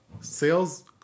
sales